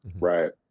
Right